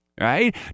Right